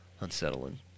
unsettling